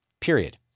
period